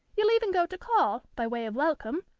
you'll even go to call, by way of welcome,